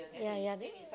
yeah yeah the